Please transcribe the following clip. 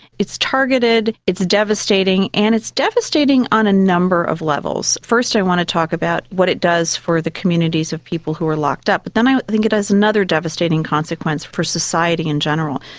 targeted, it's devastating, and it's devastating on a number of levels. first i want to talk about what it does for the communities of people who are locked up, but then i think it has another devastating consequence for society in general.